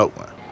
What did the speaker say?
one